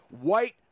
white